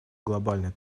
глобальной